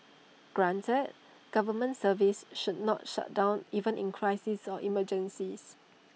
granted government services should not shut down even in crises or emergencies